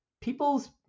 people's